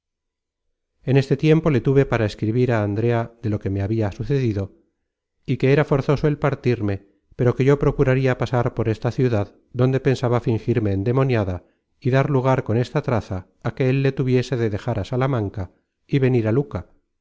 en este tiempo le tuve para escribir á andrea de lo que me habia sucedido y que era forzoso el partirme pero que yo procuraria pasar por esta ciudad donde pensaba fingirme endemoniada y dar lugar con esta traza á que él le tuviese de dejar á salamanca y venir á luca